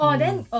mm